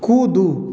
कूदू